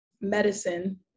medicine